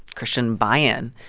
christian buy-in.